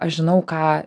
aš žinau ką